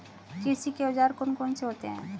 कृषि के औजार कौन कौन से होते हैं?